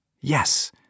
yes